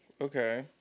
Okay